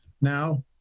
now